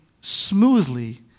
smoothly